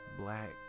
black